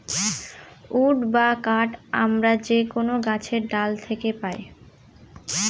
would বা কাঠ আমরা যে কোনো গাছের ডাল থাকে পাই